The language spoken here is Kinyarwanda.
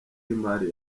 y’imari